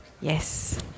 yes